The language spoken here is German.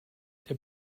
der